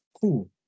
Cool